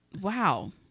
wow